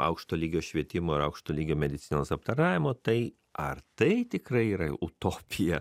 aukšto lygio švietimo ir aukšto lygio medicinos aptarnavimo tai ar tai tikrai yra utopija